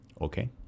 Okay